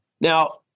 Now